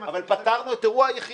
אבל פתרנו את אירוע היחידים,